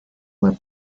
fue